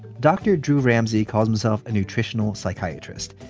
dr. drew ramsey calls himself a nutritional psychiatrist.